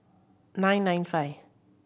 nine nine five